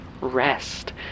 rest